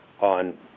on